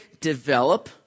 develop